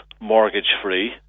mortgage-free